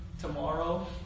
tomorrow